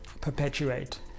perpetuate